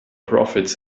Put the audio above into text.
profits